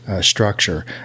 structure